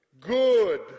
good